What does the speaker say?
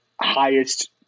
highest